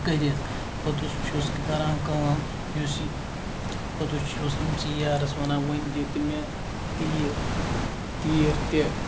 کٔرِتھ پوٚتُس چھُس کران کٲم یُس یہِ پوٚتُس چھُس أمۍسی یارَس وَنان وۄنۍ دِتہٕ مےٚ تیٖر تیٖر تہِ